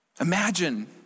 Imagine